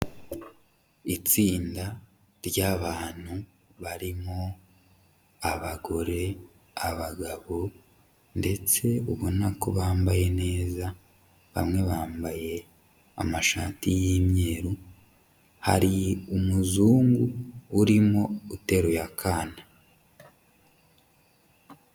Itsinda ry'abantu barimo abagore, abagabo ndetse ubona ko bambaye neza bamwe bambaye amashati y'imyeru, hari umuzungu urimo uteruye akana.